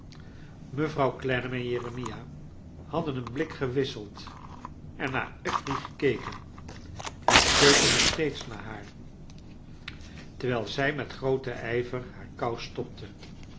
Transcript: mevrouw clennam en jeremia hadden een blik gewisseld en naar affery gekeken en keken nog steeds naar haar terwijl zij met grooten ijver haar kous stopte